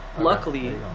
Luckily